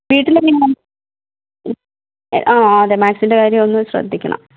വീട്ടിൽ എങ്ങനെയാണ് അതെ മാത്സിന്റെ കാര്യം ഒന്ന് ശ്രദ്ധിക്കണം